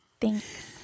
Thanks